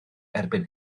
erbyn